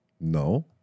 No